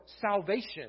salvation